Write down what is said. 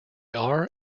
are